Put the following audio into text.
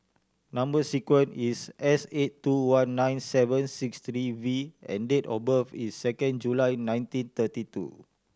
number sequence is S eight two one nine seven six three V and date of birth is second July nineteen thirty two